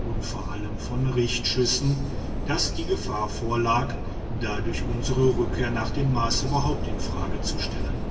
und vor allem von richtschüssen daß die gefahr vorlag dadurch unsre rückkehr nach dem mars überhaupt in frage zu stellen